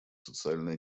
социально